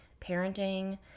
parenting